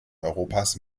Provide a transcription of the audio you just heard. europas